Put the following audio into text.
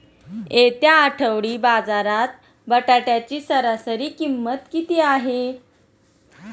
येत्या आठवडी बाजारात बटाट्याची सरासरी किंमत किती आहे?